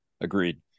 Agreed